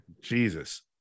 Jesus